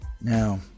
Now